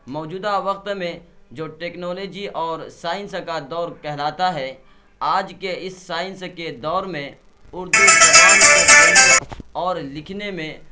موجودہ وقت میں جو ٹکنالوجی اور سائنس کا دور کہلاتا ہے آج کے اس سائنس کے دور میں اردو اور لکھنے میں